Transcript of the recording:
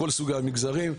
בכל סוגי המגזרים,